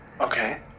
Okay